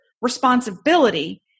responsibility